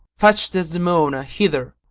fetch desdemona hither.